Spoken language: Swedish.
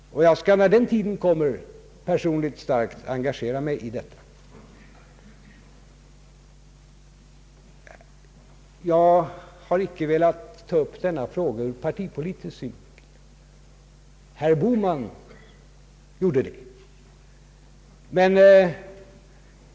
När den tiden kommer skall jag personligen starkt engagera mig i det. Jag har icke velat ta upp denna fråga ur partipolitisk synpunkt — herr Bohman gjorde det.